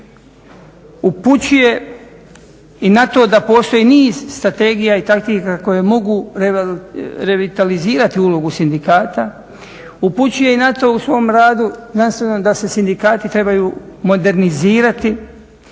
Upućuje i na to da postoji niz strategija i taktika koje mogu revitalizirati ulogu sindikata, upućuje i na to u svom radu znanstvenom da se sindikati trebaju modernizirati,